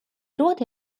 ruote